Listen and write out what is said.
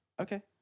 Okay